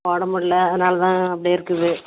போட முடில அதனால தான் அப்டேயிருக்குது